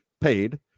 paid